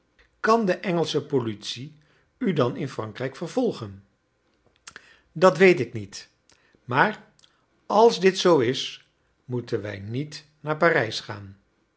kan de engelsche politie u dan in frankrijk vervolgen dat weet ik niet maar als dit zoo is moeten wij niet naar parijs gaan